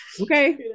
okay